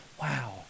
wow